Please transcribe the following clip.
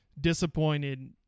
disappointed